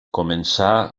començà